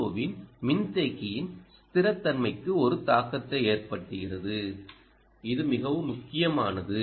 ஓவின் மின்தேக்கியின் ஸ்திரத்தன்மைக்கு ஒரு தாக்கத்தை ஏற்படுத்துகிறது இது மிகவும் முக்கியமானது